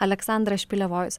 aleksandras špilevojus